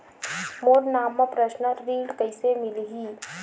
मोर नाम म परसनल ऋण कइसे मिलही?